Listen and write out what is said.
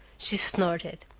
she snorted.